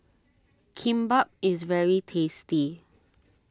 Kimbap is very tasty